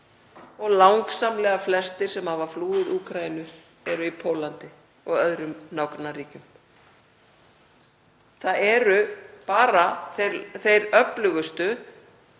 og langsamlega flestir sem hafa flúið Úkraínu eru í Póllandi og öðrum nágrannaríkjum. Það eru bara þeir öflugustu